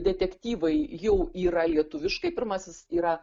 detektyvai jau yra lietuviškai pirmasis yra